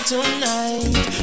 tonight